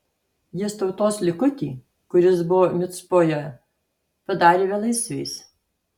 jis tautos likutį kuris buvo micpoje padarė belaisviais